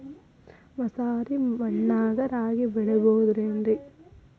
ಮಸಾರಿ ಮಣ್ಣಾಗ ರಾಗಿ ಬೆಳಿಬೊದೇನ್ರೇ?